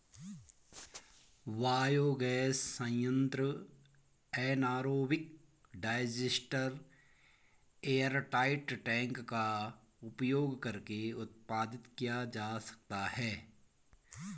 biogas संयंत्र anaerobic digester airtight tank का उपयोग करके उत्पादित किया जा सकता है